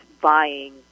buying